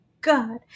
god